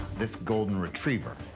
this golden retriever.